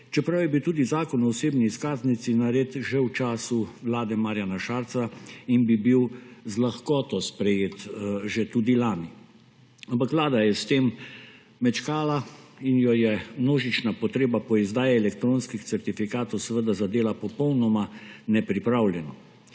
čeprav je bil tudi Zakon o osebni izkaznici narejen že v času vlade Marjana Šarca in bi bil z lahkoto sprejet že lani. Ampak Vlada je s tem mečkala in jo je množična potreba po izdaji elektronskih certifikatov seveda zadela popolnoma nepripravljeno,